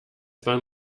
bahn